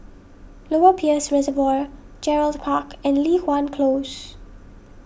Lower Peirce Reservoir Gerald Park and Li Hwan Close